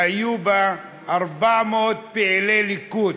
והיו בה 400 פעילי ליכוד.